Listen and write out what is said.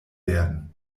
werden